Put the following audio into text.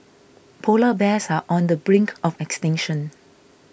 Polar Bears are on the brink of extinction